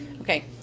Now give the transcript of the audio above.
Okay